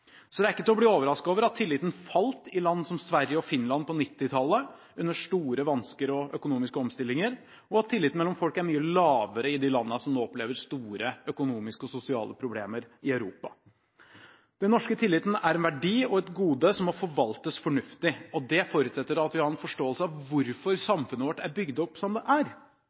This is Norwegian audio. Så det er ikke til å bli overrasket over at tilliten falt i land som Sverige og Finland på 1990-tallet under store vansker og økonomiske omstillinger, og at tilliten mellom folk er mye lavere i de landene som nå opplever store økonomiske og sosiale problemer i Europa. Den norske tilliten er en verdi og et gode som må forvaltes fornuftig. Det forutsetter at vi har en forståelse av hvorfor samfunnet vårt er bygd opp som det er.